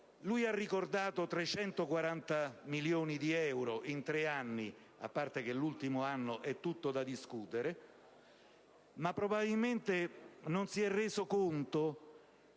si tratta di 340 milioni di euro in tre anni. aa parte che l'ultimo anno è tutto da discutere, egli probabilmente non si è reso conto